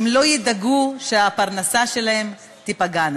הן לא ידאגו שהפרנסה שלהן תיפגע.